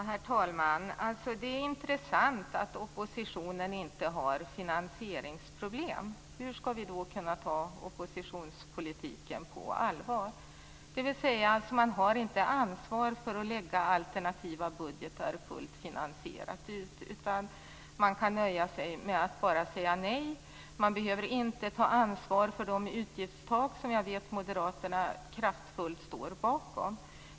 Herr talman! Det är intressant att oppositionen inte har finansieringsproblem. Hur skall vi då kunna ta oppositionspolitiken på allvar? Man har alltså inte ansvar för att lägga alternativa budgetar som är fullt finansierade, utan man kan nöja sig med att bara säga nej. Man behöver inte heller ta ansvar för de utgiftstak som jag vet att moderaterna kraftfullt står bakom.